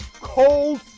cold